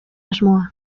asmoa